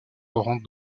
orens